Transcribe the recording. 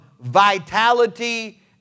vitality